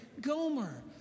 Gomer